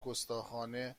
گستاخانه